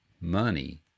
money